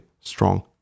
strong